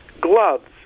gloves